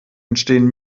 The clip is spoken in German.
entstehen